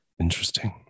Interesting